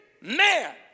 man